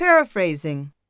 Paraphrasing